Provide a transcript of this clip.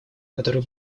которой